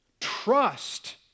Trust